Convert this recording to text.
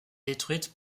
détruite